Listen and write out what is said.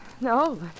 No